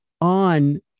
on